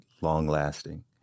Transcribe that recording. long-lasting